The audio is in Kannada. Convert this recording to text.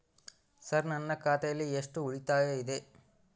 ಸರ್ ನನ್ನ ಖಾತೆಯಲ್ಲಿ ಎಷ್ಟು ಉಳಿತಾಯ ಇದೆ?